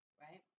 right